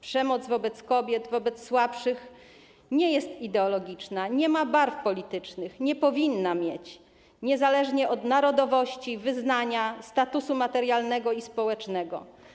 Przemoc wobec kobiet, wobec słabszych nie jest ideologiczna, nie ma barw politycznych, nie powinna mieć, niezależnie od narodowości, wyznania, statusu materialnego i społecznego.